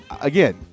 Again